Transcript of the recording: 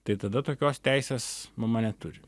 tai tada tokios teisės mama neturi